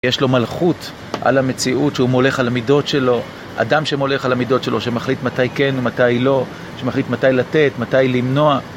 יש לו מלכות על המציאות שהוא מולך על המידות שלו אדם שמולך על המידות שלו שמחליט מתי כן ומתי לא שמחליט מתי לתת, מתי למנוע